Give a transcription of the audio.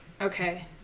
Okay